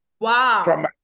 Wow